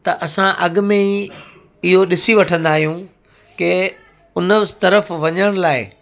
त असां अॻिमें ई इहो ॾिसी वठंदा आहियूं की हुन तरफ़ वञण लाइ